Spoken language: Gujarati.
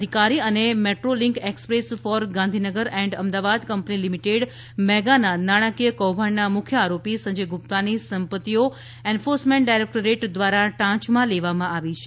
અધિકારી અને metro link express for Gandhinagar and Ahmedabad company limited મેગાના નાણાકીય કૌભાંડના મુખ્ય આરોપી સંજય ગુપ્તા ની સંપત્તિઓ એન્ફોર્સમેન્ટ ડાયરેક્ટોરેટ દ્વારા ટાંચ માં લેવામાં આવી છે